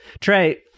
Trey